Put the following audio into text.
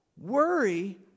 Worry